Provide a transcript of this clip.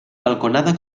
balconada